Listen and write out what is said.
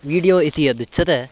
video इति यदुच्यते